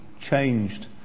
changed